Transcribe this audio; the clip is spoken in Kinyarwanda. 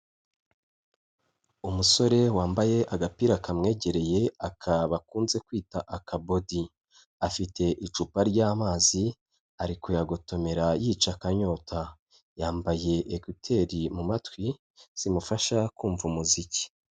Umusore wambaye agapira kamwegereye, aka bakunze kwita akabodi, afite icupa ry'amazi, ari kuyagotomera yica akanyota, yambaye ekuteri mu matwi zimufasha kumva umuziki.